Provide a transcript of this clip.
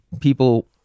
people